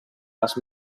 les